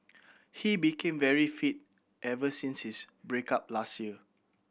he became very fit ever since his break up last year